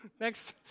Next